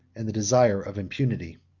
and the desire of impunity.